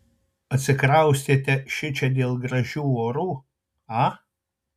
atsikraustėte šičia dėl gražių orų a